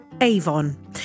Avon